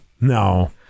No